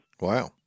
Wow